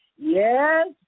Yes